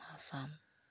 ꯃꯐꯝ